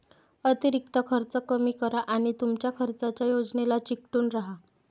अतिरिक्त खर्च कमी करा आणि तुमच्या खर्चाच्या योजनेला चिकटून राहा